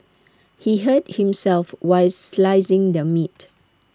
he hurt himself while slicing the meat